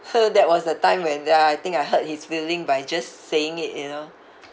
so that was the time when ya I think I hurt his feeling by just s~ saying it you know